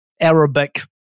Arabic